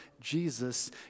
Jesus